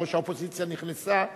וראש האופוזיציה נכנסה,